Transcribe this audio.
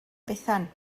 bethan